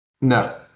No